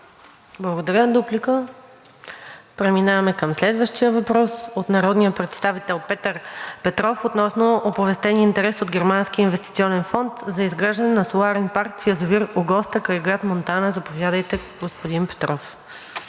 Благодаря. Дуплика? Преминаваме към следващия въпрос от народния представител Петър Петров относно оповестен интерес от германски инвестиционен фонд за изграждане на Соларен парк в язовир „Огоста“ край град Монтана. Заповядайте, господин Петров.